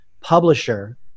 publisher